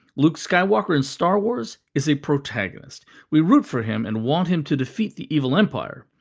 luke skywalker in star wars is a protagonist. we root for him and want him to defeat the evil empire.